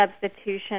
substitution